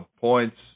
points